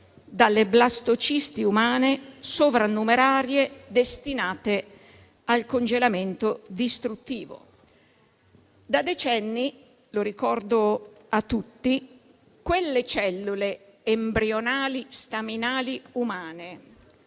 dalle blastocisti umane sovrannumerarie destinate al congelamento distruttivo. Da decenni - lo ricordo a tutti - quelle cellule embrionali staminali umane,